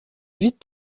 vite